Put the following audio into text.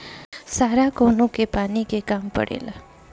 सारा कौनो के पानी के काम परेला